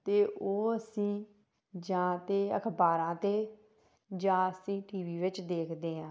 ਅਤੇ ਉਹ ਅਸੀਂ ਜਾਂ ਤਾਂ ਅਖ਼ਬਾਰਾਂ 'ਤੇ ਜਾਂ ਅਸੀਂ ਟੀ ਵੀ ਵਿੱਚ ਦੇਖਦੇ ਹਾਂ